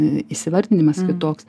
įsivardinimas kitoks